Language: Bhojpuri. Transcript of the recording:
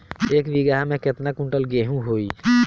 एक बीगहा में केतना कुंटल गेहूं होई?